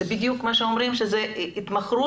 זה בדיוק מה שאומרים שזו התמכרות.